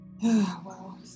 Wow